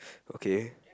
okay